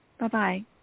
Bye-bye